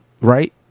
right